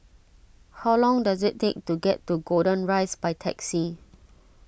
how long does it take to get to Golden Rise by taxi